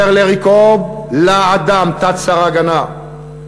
אומר לורנס קורב: להד"ם, תת-שר ההגנה,